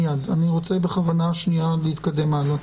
אני רוצה להתקדם עכשיו הלאה,